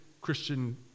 Christian